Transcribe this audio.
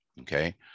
okay